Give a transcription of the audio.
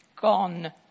gone